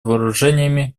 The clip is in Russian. вооружениями